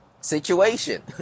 situation